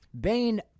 Bane